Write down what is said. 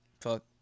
Fuck